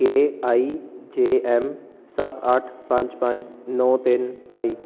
K I J M ਸੱਤ ਅੱਠ ਪੰਜ ਪੰਜ ਨੌਂ ਤਿੰਨ ਆਈ